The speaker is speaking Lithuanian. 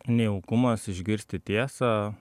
nejaukumas išgirsti tiesą